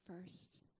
first